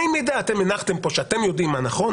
מידע אתם הנחתם פה שאתם יודעים מה נכון.